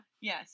Yes